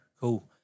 cool